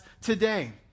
today